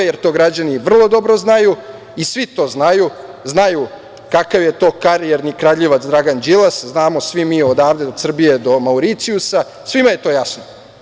To građani vrlo dobro znaju i svi to znaju, znaju kakav je to karijerni kradljivac Dragan Đilas, znamo svi odavde, od Srbije do Mauricijusa, svima je to jasno.